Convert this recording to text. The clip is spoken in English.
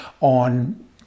on